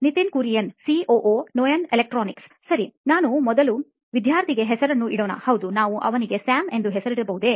Nitin Kurian COO ನೋಯಿನ್ ಎಲೆಕ್ಟ್ರಾನಿಕ್ಸ್ಸರಿ ನಾವು ಮೊದಲು ವಿದ್ಯಾರ್ಥಿಗೆ ಹೆಸರನ್ನು ಇಡೋಣ ಹೌದು ನಾವು ಅವನಿಗೆ ಸ್ಯಾಮ್ ಎಂದು ಹೆಸರಿಸಬಹುದೇ